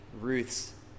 Ruth's